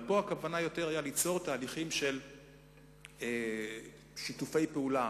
הכוונה פה היא ליצור תהליכים של שיתופי פעולה,